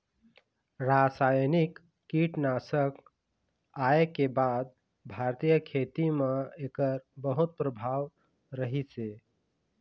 रासायनिक कीटनाशक आए के बाद भारतीय खेती म एकर बहुत प्रभाव रहीसे